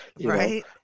Right